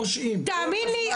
תאמין לי,